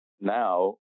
now